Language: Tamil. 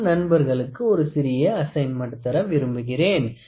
நம் நண்பர்களுக்கு ஒரு சிறிய அசைன்மென்ட் தர விரும்புகிறேன்